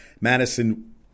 Madison